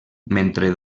mentre